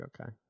okay